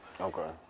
Okay